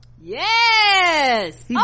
yes